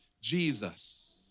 Jesus